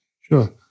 Sure